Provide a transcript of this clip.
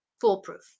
foolproof